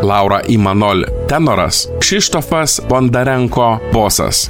laura imanol tenoras kšištofas bondarenko bosas